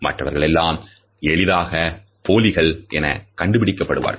மற்றவர்களெல்லாம் எளிதாக போலிகள் என கண்டுபிடிக்கப் படுவார்கள்